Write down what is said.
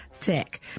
tech